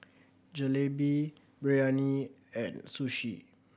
Jalebi Biryani and Sushi